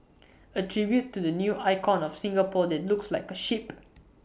A tribute to the new icon of Singapore that looks like A ship